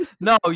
No